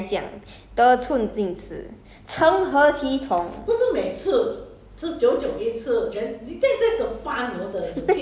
ya lor then 你为什么要买你人家请你喝你还这样得寸进尺成何体统